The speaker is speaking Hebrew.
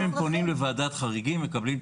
אם הם פונים לוועדת חריגים, מקבלים אישור.